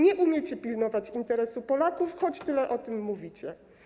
Nie umiecie pilnować interesu Polaków, choć tyle o tym mówicie.